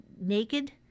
naked